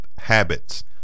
habits